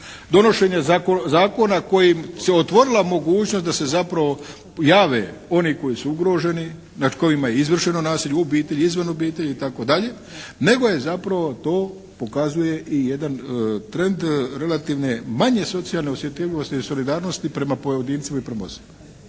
donošenja zakona kojim se otvorila mogućnost da se zapravo jave oni koji su ugroženi, nad kojima je izvršeno nasilje u obitelji, izvan obitelji i tako dalje nego je zapravo to pokazuje i jedan trend relativne manje socijalne osjetljivosti i solidarnosti prema pojedincima i prema